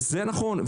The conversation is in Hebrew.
זה נכון.